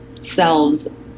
selves